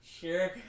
Sure